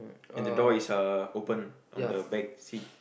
and the door is uh open on the back seat